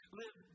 live